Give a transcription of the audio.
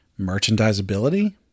merchandisability